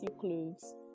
clothes